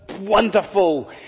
wonderful